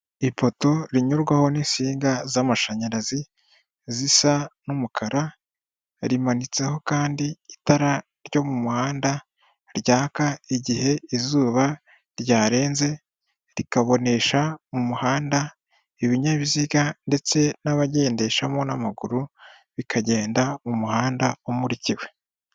Ipoto rinyurwaho n'insinga z'amashanyarazi zisa n'umukara, rimanitseho kandi itara ryo mu muhanda ryaka igihe izuba ryarenze rikabonesha mu muhanda ibinyabiziga ndetse n'abagendeshamo n'amaguru bikagenda mu muhanda umurikiwe.